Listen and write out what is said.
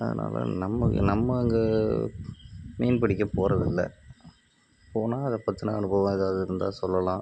அதனாலே நம்ம நம்ம அங்கே மீன் பிடிக்க போவதில்லை போனால் அதை பற்றின அனுபவம் ஏதாவது இருந்தால் சொல்லலாம்